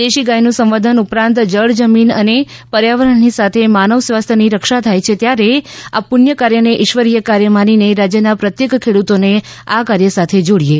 દેશી ગાયનું સંવર્ધન ઉપરાંત જળ જમીન અને પર્યાવરણની સાથે માનવ સ્વાસ્થયની રક્ષા થાય છે ત્યારે આ પુષ્ય કાર્યને ઇશ્વરીય કાર્ય માનીને રાજ્યના પ્રત્યેક ખેડૂતોને આ કાર્ય સાથે જોડીએ